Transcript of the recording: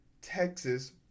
Texas